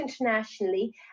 internationally